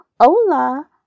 hola